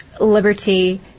liberty